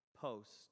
post